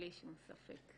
בלי שום ספק.